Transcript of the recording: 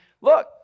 Look